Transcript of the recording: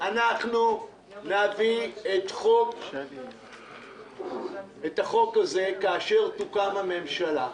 אנחנו נביא את החוק הזה כאשר תוקם הממשלה,